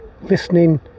listening